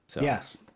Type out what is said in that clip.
Yes